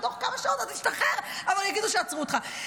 תוך כמה שעות אתה משתחרר, אבל יגידו שעצרו אותך.